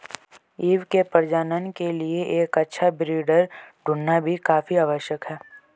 ewe के प्रजनन के लिए एक अच्छा ब्रीडर ढूंढ़ना भी काफी आवश्यक है